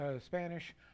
Spanish